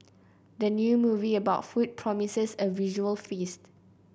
the new movie about food promises a visual feast